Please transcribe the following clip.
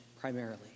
primarily